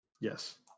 Yes